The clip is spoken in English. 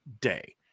day